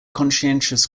conscientious